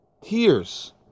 tears